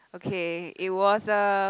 okay it was a